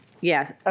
Yes